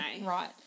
right